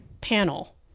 panel